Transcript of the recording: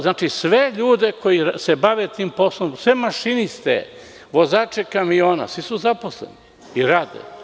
Znači, sve ljude koji se bave tim poslom, sve mašiniste, vozače kamiona, svi su zaposleni i svi rade.